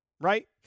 right